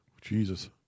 Jesus